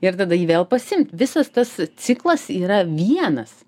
ir tada jį vėl pasiimt visas tas ciklas yra vienas